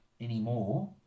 anymore